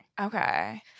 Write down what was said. Okay